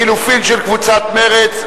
לחלופין של קבוצת מרצ.